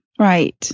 Right